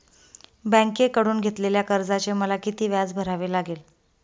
बँकेकडून घेतलेल्या कर्जाचे मला किती व्याज भरावे लागेल?